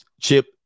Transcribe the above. chip